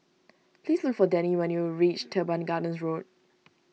please look for Dannie when you reach Teban Gardens Road